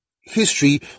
history